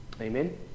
Amen